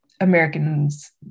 americans